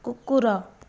କୁକୁର